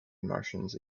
martians